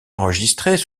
enregistrées